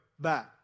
back